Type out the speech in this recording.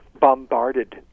bombarded